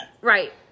Right